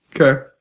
Okay